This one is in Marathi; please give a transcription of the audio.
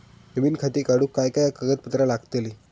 नवीन खाता काढूक काय काय कागदपत्रा लागतली?